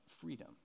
freedom